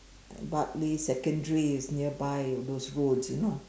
Bartley Secondary is nearby those roads you know